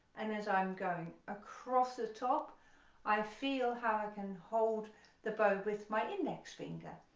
and as i'm going across the top i feel how i can hold the bow with my index finger,